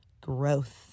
growth